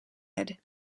added